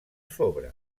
sobre